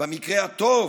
"במקרה הטוב"